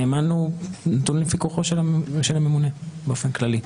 הנאמן נתון לפיקוחו של הממונה באופן כללי.